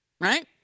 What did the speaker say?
Right